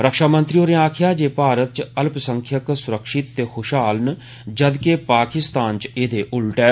रक्षा मंत्री होरें आक्खेआ जे भारत च अल्पसंख्यक सुरक्षित ते खुशहाल न जदकि पाकिस्तान च एह्दे उलट ऐ